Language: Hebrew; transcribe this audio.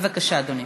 בבקשה, אדוני.